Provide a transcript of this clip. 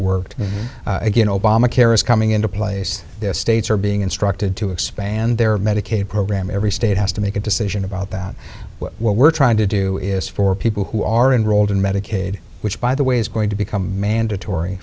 is coming into place the states are being instructed to expand their medicaid program every state has to make a decision about that what we're trying to do is for people who are enrolled in medicaid which by the way is going to become mandatory